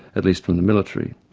at least in the military.